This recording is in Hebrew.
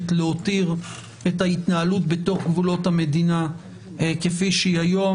להותיר את ההתנהלות בתוך גבולות המדינה כפי שהיא היום,